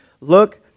Look